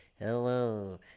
Hello